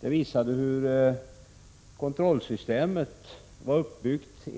Det visar att kontrollsystemet var uppbyggt så